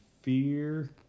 fear